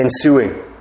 ensuing